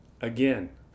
Again